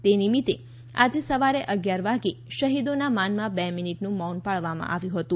તે નિમિત્તે આજે સવારે અગિયાર વાગે શહીદોના માનમાં બે મીનીટનું મૌન પાળવામાં આવ્યું હતું